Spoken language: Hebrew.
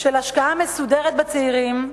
של השקעה מסודרת בצעירים,